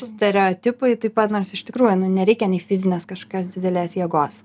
stereotipai taip pat nors iš tikrųjų nereikia nei fizinės kažkokios didelės jėgos